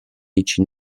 için